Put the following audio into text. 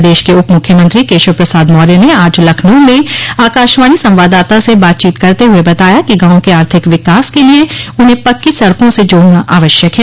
प्रदेश को उप मुख्यमंत्री केशव प्रसाद मौर्य ने आज लखनऊ में आकाशवाणी संवाददाता से बातचीत करते हुए बताया कि गांवों क आर्थिक विकास के लिए उन्हें पक्की सड़कों से जोड़ना आवश्यक है